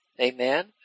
Amen